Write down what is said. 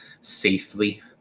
safely